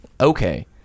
Okay